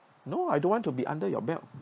no I don't want to be under your belt